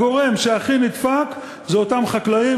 הגורם שהכי נדפק זה אותם חקלאים,